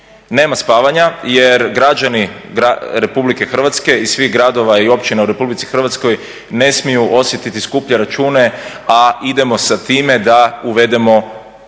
Nema spavanja, jer građani Republike Hrvatske i svih gradova i općina u Republici Hrvatskoj ne smiju osjetiti skuplje račune, a idemo sa time da uvedemo